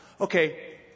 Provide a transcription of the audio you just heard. Okay